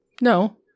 No